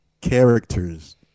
characters